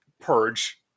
purge